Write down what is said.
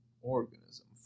Organism